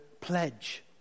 pledge